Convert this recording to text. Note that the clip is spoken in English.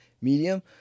medium